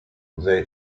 they